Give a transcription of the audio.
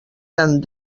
eren